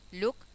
Look